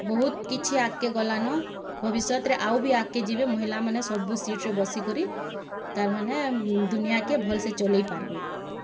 ବହୁତ୍ କିଛି ଆଗକେ ଗଲାନ ଭବିଷ୍ୟତରେ ଆଉ ବି ଆଗକେ ଯିବେ ମହିଲାମାନେ ସବୁ ସିଟ୍ରେ ବସିକରି ତାର୍ ମାନେ ଦୁନିଆକେ ଭଲ୍ସେ ଚଲେଇ ପାର୍ବେ